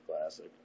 classic